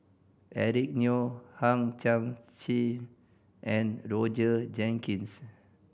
Eric Neo Hang Chang Chieh and Roger Jenkins